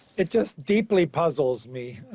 it just deeply puzzles me,